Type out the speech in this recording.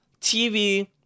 TV